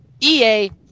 EA